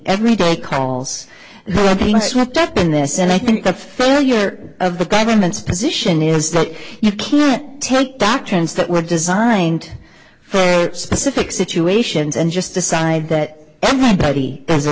every day calls and this and i think the failure of the government's position is that you can't take doctrines that were designed for specific situations and just decide that everybody is a